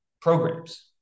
programs